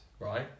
Right